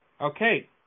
Okay